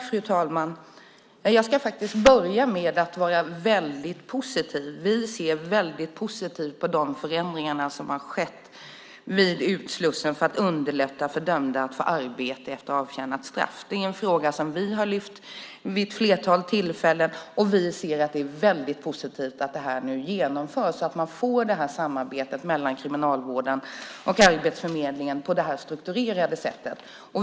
Fru talman! Jag ska börja med att vara positiv. Vi ser väldigt positivt på de förändringar som har skett vid utslussning för att underlätta för dömda att få arbete efter avtjänat straff. Det är en fråga som vi har lyft fram vid ett flertal tillfällen, och vi tycker att det är positivt att detta nu genomförs så att man får ett samarbete mellan Kriminalvården och Arbetsförmedlingen på det här strukturerade sättet.